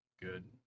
Good